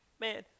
Man